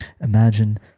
Imagine